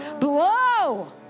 Blow